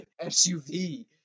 SUV